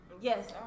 Yes